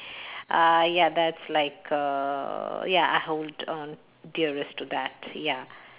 uh ya that's like uh ya I hold on dearest to that ya